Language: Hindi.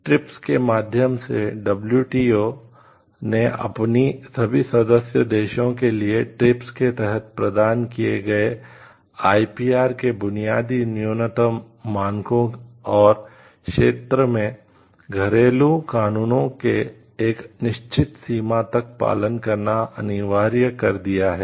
ट्रिप्स के तहत प्रदान किए गए IPR के बुनियादी न्यूनतम मानकों और क्षेत्र में घरेलू कानूनों के एक निश्चित सीमा तक पालन करना अनिवार्य कर दिया है